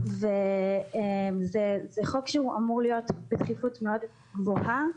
זה חוק שהוא אמור להיות בדחיפות מאוד גבוהה.